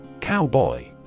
Cowboy